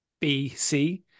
BC